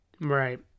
Right